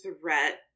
threat